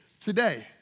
today